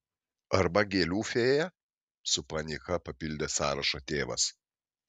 arba gėlių fėja su panieka papildė sąrašą tėvas